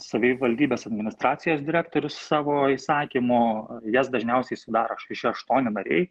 savivaldybės administracijos direktorius savo įsakymu jas dažniausiai sudaro šeši aštuoni nariai